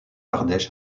ardèche